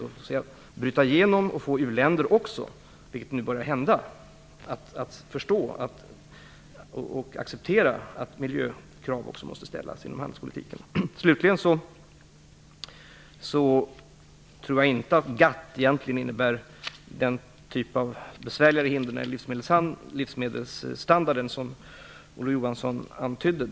På så vi kan vi kanske - vilket nu börjar hända - få u-länder att förstå och acceptera att miljökrav måste ställas också inom handelspolitiken. Jag tror inte att GATT innebär den typ av besvärligare hinder när det gäller livsmedelsstandarden som Olof Johansson antydde.